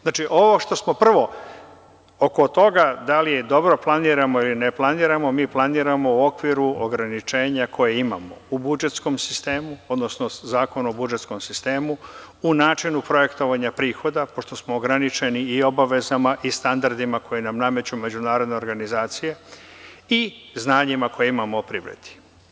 Znači, ovo što smo prvo oko toga da li dobro planiramo ili ne planiramo, mi planiramo u okviru ograničenja koje imamo u budžetskom sistemu, odnosno Zakonu o budžetskom sistemu, u načinu projektovanja prihoda, pošto smo ograničeni i obavezama i standardima koje nam nameću međunarodne organizacije i znanjima koje imamo o privredi.